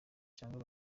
cyangwa